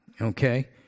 okay